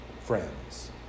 friends